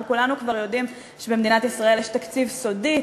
אנחנו כולנו כבר יודעים שבמדינת ישראל במשך שנים ארוכות יש תקציב סודי,